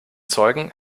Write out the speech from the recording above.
zeugen